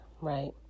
right